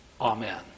Amen